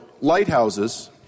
lighthouses